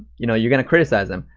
you know you're gonna criticize him.